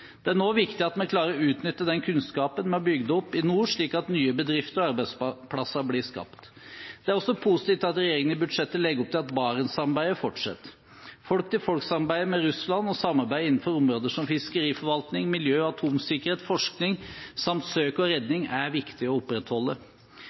Det er nå viktig at vi klarer å utnytte den kunnskapen vi har bygd opp i nord, slik at nye bedrifter og arbeidsplasser blir skapt. Det er også positivt at regjeringen i budsjettet legger opp til at Barentssamarbeidet fortsetter. Folk-til-folk-samarbeidet med Russland og samarbeid innenfor områder som fiskeriforvaltning, miljø, atomsikkerhet, forskning samt søk og